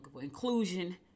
inclusion